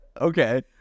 okay